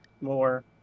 more